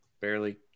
barely